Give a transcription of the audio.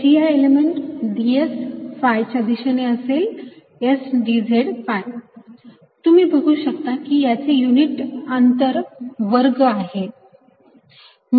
area element ds phi च्या दिशेने असेल S dz phi तुम्ही बघू शकता कि याचे युनिट अंतर वर्ग आहे